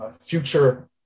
future